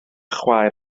chwaer